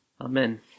Amen